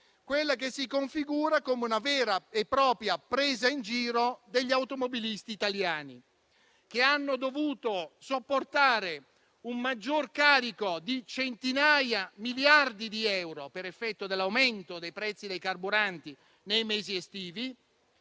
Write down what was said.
quella che si configura come una vera e propria presa in giro degli automobilisti italiani. Essi hanno dovuto sopportare un maggior carico di miliardi di euro per effetto dell'aumento dei prezzi dei carburanti nei mesi estivi,